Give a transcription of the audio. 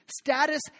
status